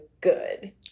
good